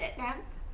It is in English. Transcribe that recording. that time